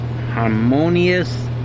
Harmonious